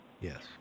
Yes